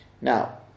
Now